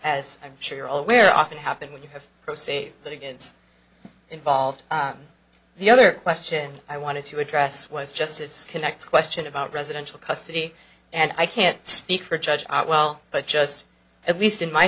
as i'm sure you're aware often happen when you have pro se litigants involved on the other question i wanted to address was justice connects question about residential custody and i can't speak for a judge well but just at least in my